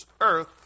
earth